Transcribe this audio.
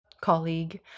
colleague